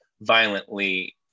violently